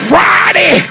Friday